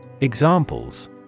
Examples